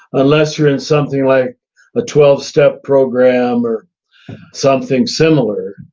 unless you're in something like a twelve step program or something similar,